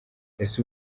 ese